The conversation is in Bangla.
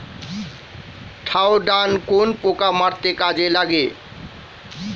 থাওডান কোন পোকা মারতে কাজে লাগে?